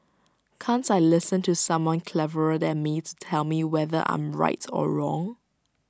can't I listen to someone cleverer than me to tell me whether I am right or wrong